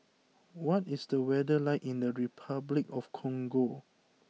what is the weather like in the Repuclic of Congo